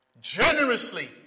Generously